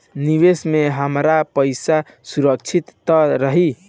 निवेश में हमार पईसा सुरक्षित त रही?